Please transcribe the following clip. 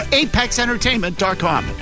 apexentertainment.com